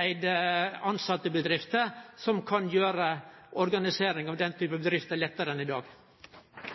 eigde av tilsette som kan gjere organiseringa av denne type bedrifter lettare enn i dag.